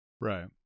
Right